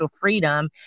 freedom